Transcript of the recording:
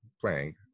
playing